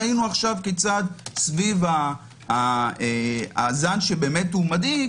ראינו עכשיו כיצד סביב הזן שמדאיג,